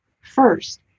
first